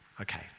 Okay